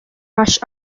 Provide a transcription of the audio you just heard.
rush